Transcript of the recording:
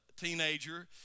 teenager